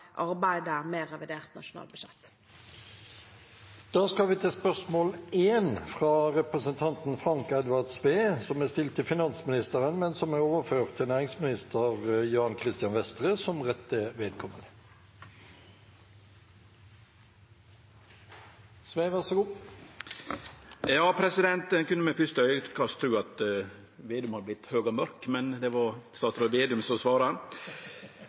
skal vi til spørsmål 1. Dette spørsmålet, fra representanten Frank Edvard Sve til finansministeren, er overført til næringsminister Jan Christian Vestre som rette vedkommende. Ein kunne med fyrste augekast tru at Vedum hadde blitt høg og mørk, men det var statsråd Vestre som